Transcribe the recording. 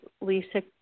Lisa